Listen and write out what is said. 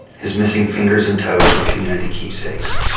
his missing fingers and toes were community keepsakes.